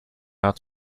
out